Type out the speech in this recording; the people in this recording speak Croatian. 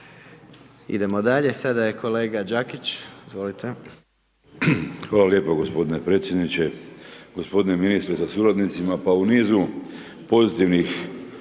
Idemo dalje. Sada je kolega Đakić, izvolite. **Đakić, Josip (HDZ)** Hvala lijepo gospodine predsjedniče, gospodine ministre sa suradnicima. Pa u nizu pozitivnih